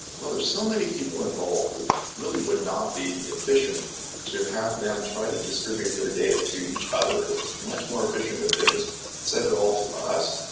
well there's so many people involved, it really would not be efficient to have them try to distribute their data to each other. it's much more efficient if they just sent it all to us,